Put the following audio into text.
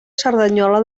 cerdanyola